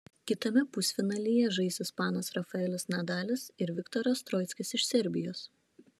kitame pusfinalyje žais ispanas rafaelis nadalis ir viktoras troickis iš serbijos